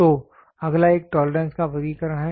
तो अगला एक टोलरेंस का वर्गीकरण है